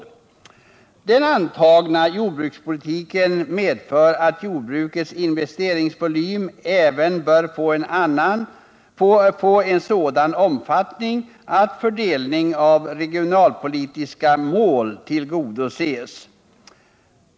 Den antagna jordbrukspolitiken medför att jordbrukets investeringsvolym även bör få en sådan omfattning och fördelning att regionalpolitiska mål tillgodoses.